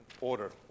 order